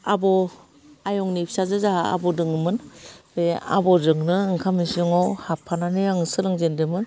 आब' आयंनि फिसाजो जोंहा आब' दङोमोन बे आब'जोंनो ओंखाम इसिंआव हाबफानानै आं सोलोंजेनदोंमोन